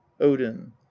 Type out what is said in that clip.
odin